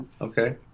Okay